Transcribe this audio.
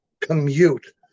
commute